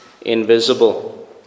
invisible